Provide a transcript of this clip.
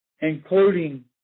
including